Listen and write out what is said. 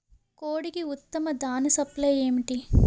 కోడికి ఉత్తమ దాణ సప్లై ఏమిటి?